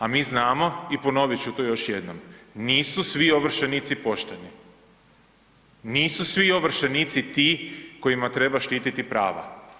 A mi znamo i ponovit ću to još jednom, nisu svi ovršenici pošteni, nisu svi ovršenici ti kojima treba štititi prava.